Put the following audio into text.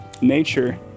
nature